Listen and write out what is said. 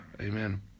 amen